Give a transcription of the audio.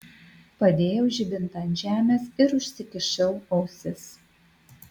padėjau žibintą ant žemės ir užsikišau ausis